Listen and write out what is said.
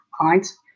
clients